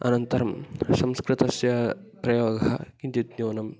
अनन्तरं संस्कृतस्य प्रयोगः किञ्चित्न्यूनम्